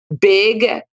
big